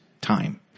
time